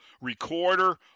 recorder